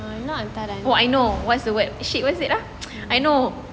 oh I know what's the word eh shit what is it ah I know